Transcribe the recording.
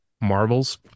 Marvel's